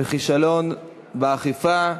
והכישלון באכיפה,